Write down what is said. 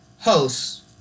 hosts